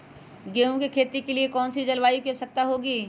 गेंहू की खेती के लिए कौन सी जलवायु की आवश्यकता होती है?